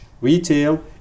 retail